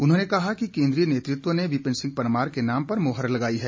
उन्होंने कहा कि केंद्रीय नेतृत्व ने विपिन सिंह परमार के नाम पर मोहर लगाई है